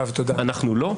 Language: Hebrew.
אנחנו לא,